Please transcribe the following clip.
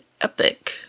epic